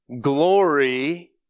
Glory